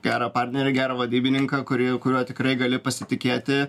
gerą partnerį gerą vadybininką kurį kuriuo tikrai gali pasitikėti